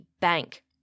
bank